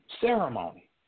Ceremony